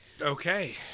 Okay